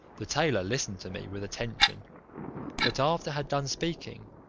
the tailor listened to me with attention but after had done speaking,